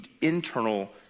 internal